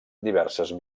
diverses